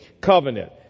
covenant